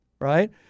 right